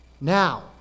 Now